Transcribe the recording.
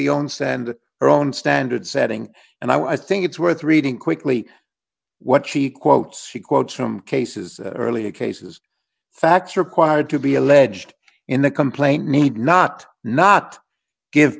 the own stand her own standard setting and i think it's worth reading quickly what she quotes she quotes from cases earlier cases facts required to be alleged in the complaint need not not give